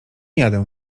jadę